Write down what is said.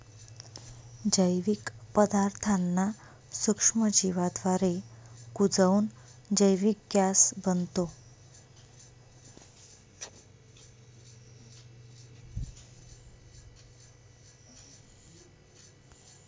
जैविक पदार्थांना सूक्ष्मजीवांद्वारे कुजवून जैविक गॅस बनतो